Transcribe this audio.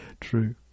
true